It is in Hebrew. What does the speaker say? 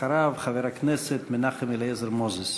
אחריו, חבר הכנסת מנחם אליעזר מוזס.